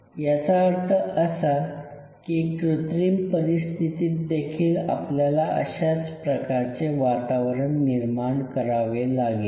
याचा अर्थ असा की कृत्रिम परिस्थितीत देखील आपल्याला अशाच प्रकारचे वातावरण निर्माण करावे लागेल